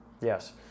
yes